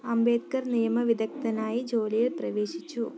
അംബേദ്കർ നിയമ വിദഗ്ധനായി ജോലിയിൽ പ്രവേശിച്ചു